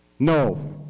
no,